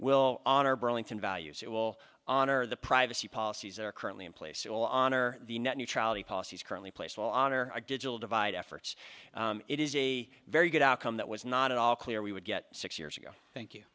will honor burlington values it will honor the privacy policies that are currently in place it will honor the net neutrality policies currently place will honor digital divide efforts it is a very good outcome that was not at all clear we would get six years ago thank you